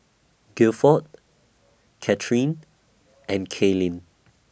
Guilford Cathryn and Kalyn